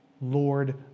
Lord